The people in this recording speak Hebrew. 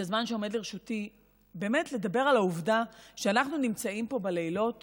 שעומד לרשותי לדבר על העובדה שאנחנו נמצאים פה בלילות